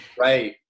Right